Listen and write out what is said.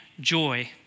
joy